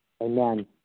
Amen